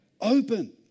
open